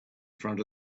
front